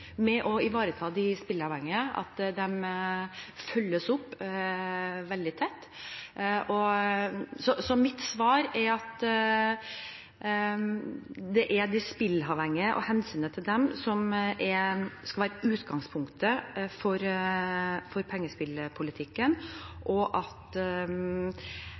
med å ivareta de spilleavhengige, at de følges opp veldig tett. Mitt svar er at det er de spilleavhengige og hensynet til dem som skal være utgangspunktet for pengespillpolitikken. Jeg er veldig glad for at vi har en ordning som gjør at